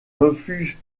refuges